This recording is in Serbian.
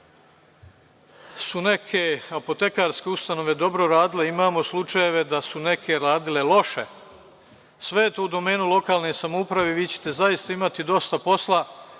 su neke apotekarske ustanove dobro radile. Imamo slučajeve da su neke radile loše. Sve je to u domenu lokalne samouprave i vi ćete zaista imati dosta posla.